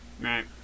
Right